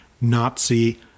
Nazi